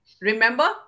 Remember